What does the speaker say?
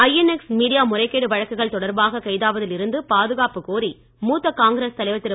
INX media முறைகேடு வழக்குகள் தொடர்பாக கைதாவதில் இருந்து பாதுகாப்பு கோரி மூத்த காங்கிரஸ் தலைவர் திரு